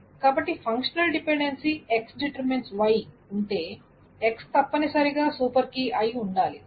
కాబట్టి functional dependency X → Y ఉంటే X తప్పనిసరిగా సూపర్ కీ అయి ఉండాలి